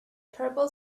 purple